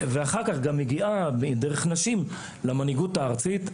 ואחר כך גם מגיעה דרך נשים למנהיגות הארצית,